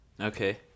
Okay